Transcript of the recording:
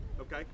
Okay